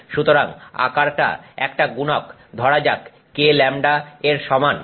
সুতরাং আকারটা একটা গুনক ধরা যাক Kλ এর সমান হবে